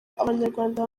abanyarwanda